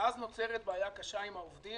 ואז נוצרת בעיה קשה עם העובדים,